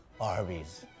Arby's